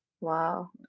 Wow